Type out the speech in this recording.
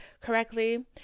correctly